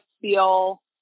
feel